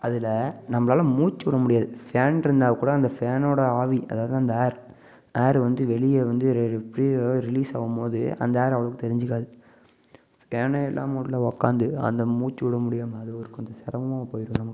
அதில் நம்மளால மூச்சு விட முடியாது ஃபேன் இருந்தால் கூட அந்த ஃபேனோட ஆவி அதாவது அந்த ஏர் ஏர் வந்து வெளியே வந்து அப்படியே ரிலீஸ் ஆகும்போது அந்த ஏர் அவ்வளோவுக்கு தெரிஞ்சுக்காது ஃபேனே இல்லாமல் உள்ளே உக்காந்து அந்த மூச்சு விட முடியாமல் அது ஒரு கொஞ்சம் சிரமமா போய்விடும் நமக்கு